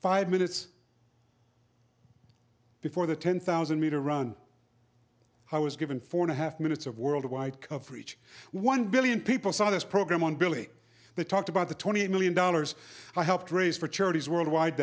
five minutes before the ten thousand meter run i was given four and a half minutes of worldwide for each one billion people saw this program on billy the talk about the twenty million dollars i helped raise for charities worldwide